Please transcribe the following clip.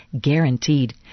guaranteed